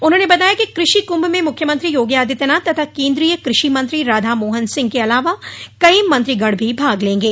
उन्होंने बताया कि कृषि कुंभ में मुख्यमंत्री योगी आदित्यनाथ तथा केन्द्रीय कृषि मंत्री राधा मोहन सिंह के अलावा कई मंत्रीगण भी भाग लेंगे